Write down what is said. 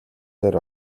дээр